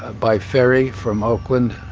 ah by ferry from oakland,